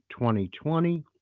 2020